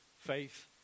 faith